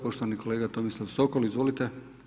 Poštovani kolega Tomislav Sokol, izvolite.